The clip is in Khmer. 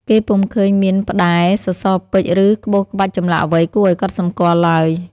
គេពុំឃើញមានផ្តែរ សសរពេជ្រ ឬក្បូរក្បាច់ចម្លាក់អ្វីគួរឱ្យកត់សម្គាល់ឡើយ។